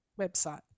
website